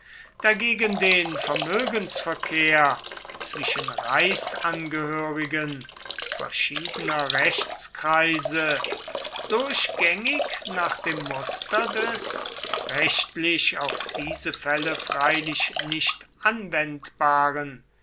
dagegen den vermögensverkehr zwischen reichsangehörigen verschiedener rechtskreise durchgängig nach dem muster des rechtlich auf diese fälle freilich nicht anwendbaren